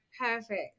Perfect